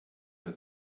der